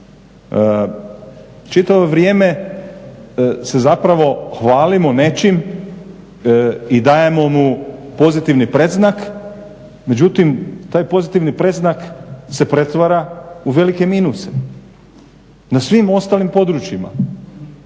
Čitavo vrijeme se zapravo hvalimo nečim i dajemo mu pozitivni predznak, međutim taj pozitivni predznak se pretvara u velike minuse na svim ostalim područjima